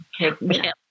Okay